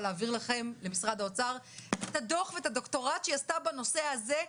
להעביר לכן את הדוקטורט שהיא כתבה בנושא הזה.